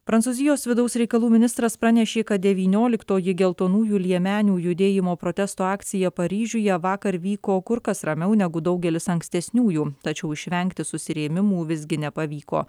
prancūzijos vidaus reikalų ministras pranešė kad devynioliktoji geltonųjų liemenių judėjimo protesto akcija paryžiuje vakar vyko kur kas ramiau negu daugelis ankstesniųjų tačiau išvengti susirėmimų visgi nepavyko